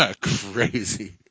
Crazy